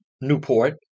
newport